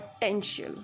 potential